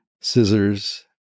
scissors